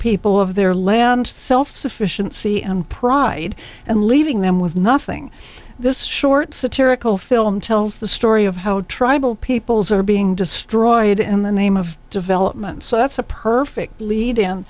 people of their land self sufficiency and pride and leaving them with nothing this short satirical film tells the story of how tribal peoples are being destroyed in the name of development so that's a perfect lead in